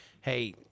hey